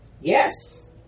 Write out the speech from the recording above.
yes